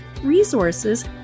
resources